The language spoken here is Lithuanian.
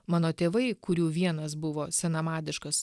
mano tėvai kurių vienas buvo senamadiškas